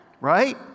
Right